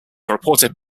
reported